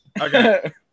Okay